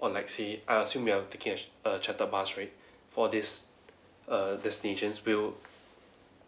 on like seeing I assume we are taking a a shuttle bus right for this err destinations will